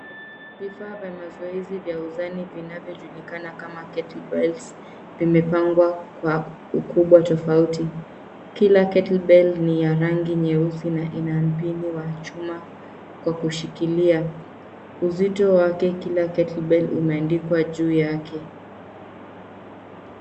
Vifaa vya mazoezi vya uzani vinavyojulikana kama kettlebells vimepangwa kwa ukubwa tofauti. Kila kettlebell ni ya rangi nyeusi na ina mpini wa chuma kwa kushikilia. Uzito wake kila kettlebell umeandikwa juu yake.